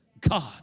God